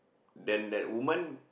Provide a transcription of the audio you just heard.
then that woman